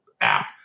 app